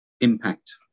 impact